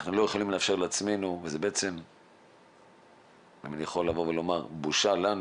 אנחנו לא יכולים לאפשר לעצמנו ואני יכול לומר שזו בושה לנו